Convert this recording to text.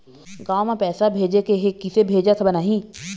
गांव म पैसे भेजेके हे, किसे भेजत बनाहि?